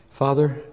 Father